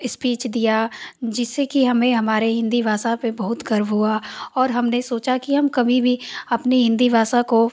speech दिया जिससे कि हमें हमारे हिन्दी भाषा पर बहुत गर्व हुआ और हमने सोचा कि हम कभी भी अपनी हिन्दी भाषा को